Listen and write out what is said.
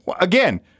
Again